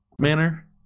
manner